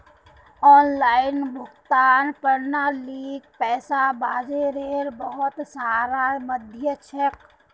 online भुगतान प्रणालीक पैसा बाजारेर बहुत सारा माध्यम छेक